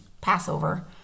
Passover